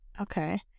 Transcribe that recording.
Okay